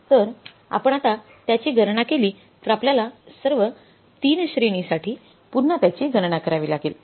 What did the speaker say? तर आपण आता त्याची गणना केली तर आपल्याला सर्व 3 श्रेणींसाठी पुन्हा त्याची गणना करावी लागेल